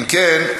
אם כן,